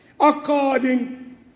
according